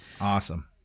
awesome